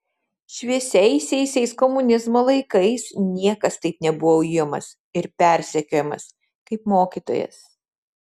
šviesiaisiais komunizmo laikais niekas taip nebuvo ujamas ir persekiojamas kaip mokytojas